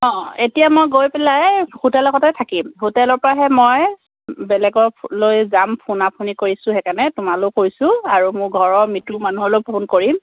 অঁ এতিয়া মই গৈ পেলাই হোটেলৰ লগতে থাকিম হোটেলৰ পৰাহে মই বেলেগলৈ যাম ফোনা ফুনি কৰিছোঁ সেইকাৰণে তোমালৈও কৰিছোঁ আৰু মোৰ ঘৰৰ মিতিৰ মানুহলৈও ফোন কৰিম